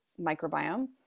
microbiome